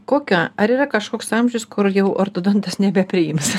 kokio ar yra kažkoks amžius kur jau ortodontas nebepriims